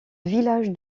village